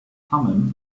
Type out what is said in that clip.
thummim